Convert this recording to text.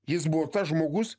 jis buvo tas žmogus